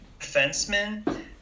defenseman